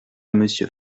monsieur